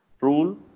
rule